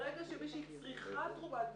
ברגע שמישהי צריכה תרומת ביצית,